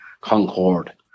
concord